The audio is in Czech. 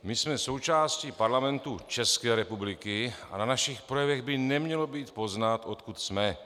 My jsme součástí Parlamentu České republiky a na našich projevech by nemělo být poznat, odkud jsme.